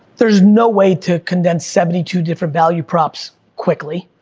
there's no way to condense seventy two different value props, quickly.